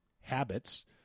habits